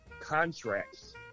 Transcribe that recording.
contracts